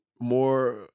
more